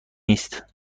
نیست